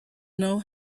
know